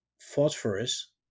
Phosphorus